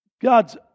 God's